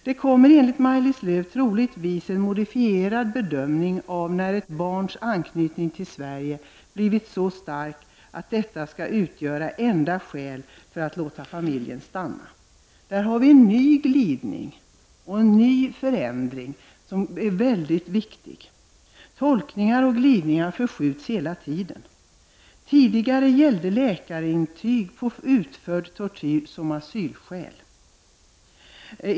Det kommer enligt Maj-Lis Lööw förmodligen att ske en modifierad bedömning av när ett barns anknytning till Sverige har blivit så stark att den skall utgöra enda skäl för att låta familjen stanna. Där har vi en ny glidning och förändring som är viktig. Tolkningar och glidningar förskjuts hela tiden. Tidigare gällde läkarintyg på utförd tortyr som asylskäl.